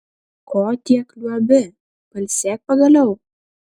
ko tiek liuobi pailsėk pagaliau